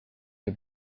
see